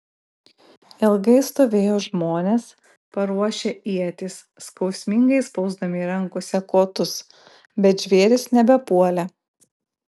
ilgai stovėjo žmonės paruošę ietis skausmingai spausdami rankose kotus bet žvėrys nebepuolė